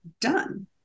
done